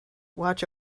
watch